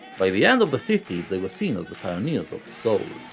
by the end of the fifties they were seen as the pioneers of soul.